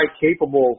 capable